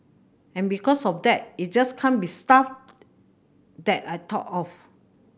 and because of that it just can't be stuff that I thought of